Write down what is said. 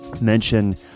mention